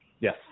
Yes